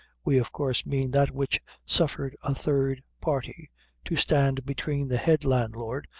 we of course mean that which suffered a third party to stand between the head landlord,